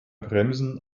bremsen